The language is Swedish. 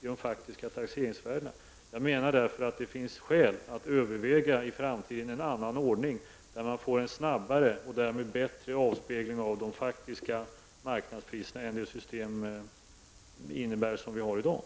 det faktiska taxeringsvärdet. Jag menar därför att det finns skäl att i framtiden överväga en annan ordning, en ordning som medger en snabbare och därmed bättre avspegling av de faktiska marknadspriserna än vad dagens system tillåter.